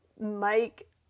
Mike